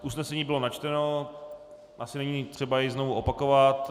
Usnesení bylo načteno, asi není třeba jej znovu opakovat.